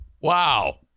Wow